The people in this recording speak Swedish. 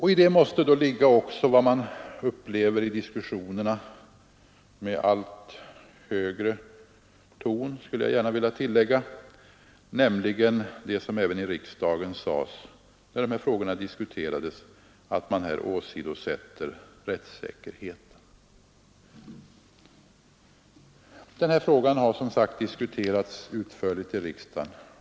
I det måste också ligga vad i diskussionerna bör uttalas med allt högre ton — och det sades även i riksdagen när de här frågorna diskuterades — nämligen att rättssäkerheten åsidosätts. Den här frågan har som sagt diskuterats utförligt i riksdagen.